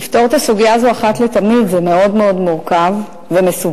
לפתור את הסוגיה הזאת אחת לתמיד זה מאוד מאוד מורכב ומסובך.